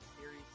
series